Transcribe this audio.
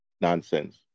nonsense